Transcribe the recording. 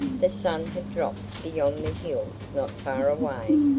the sun had dropped beyond the hills not far away.